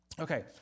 Okay